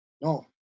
no